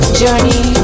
journey